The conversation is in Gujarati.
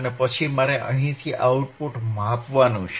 અને પછી મારે અહીંથી આઉટપુટ માપવાનું છે